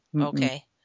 Okay